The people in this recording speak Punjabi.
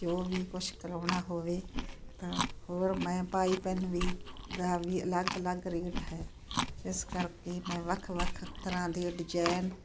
ਜੋ ਵੀ ਕੁਛ ਕਰਵਾਉਣਾ ਹੋਵੇ ਹੋਰ ਮੈਂ ਪਾਈਪਿੰਗ ਵੀ ਦਾ ਵੀ ਅਲੱਗ ਅਲੱਗ ਰੇਟ ਹੈ ਇਸ ਕਰਕੇ ਮੈਂ ਵੱਖ ਵੱਖ ਤਰ੍ਹਾਂ ਦੇ ਡਿਜ਼ਾਇਨ